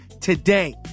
today